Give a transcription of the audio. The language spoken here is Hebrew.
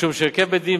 משום שהרכב בית-דין,